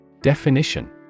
Definition